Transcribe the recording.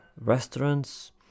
restaurants